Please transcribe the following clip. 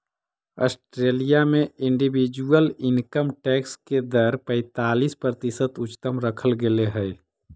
Australia में individual income tax के दर पैंतालीस प्रतिशत उच्चतम रखल गेले हई